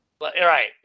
Right